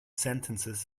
sentences